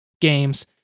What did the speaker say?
Games